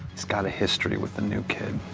he's got a history with the new kid.